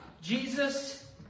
Jesus